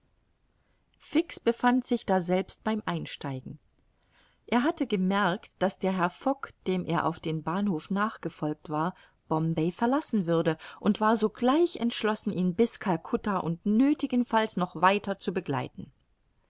fix befand sich daselbst beim einsteigen er hatte gemerkt daß der herr fogg dem er auf den bahnhof nachgefolgt war bombay verlassen würde und war sogleich entschlossen ihn bis calcutta und nöthigenfalls noch weiter zu begleiten